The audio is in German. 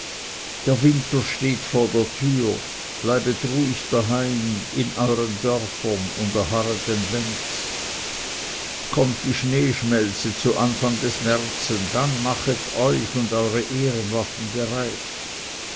der winter steht vor der tür bleibet ruhig daheim in euern dörfern und erharret den lenz kommt die schneeschmelze zu anfang des märzen dann machet euch und eure ehrenwaffen bereit